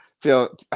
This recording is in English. feel